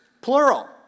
plural